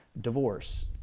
divorce